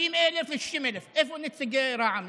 איפה נציגי רע"מ?